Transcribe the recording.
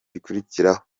gikurikiraho